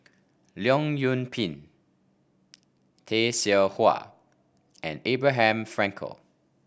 Leong Yoon Pin Tay Seow Huah and Abraham Frankel